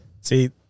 See